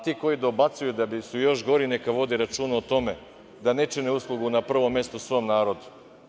Ti koji dobacuju da su još gori, neka vode računa o tome da ne čine uslugu, na prvom mestu, svom narodu.